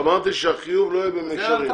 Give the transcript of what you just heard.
אמרתי שהחיוב לא יהיה במישרין.